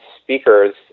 speakers